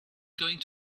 going